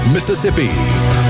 Mississippi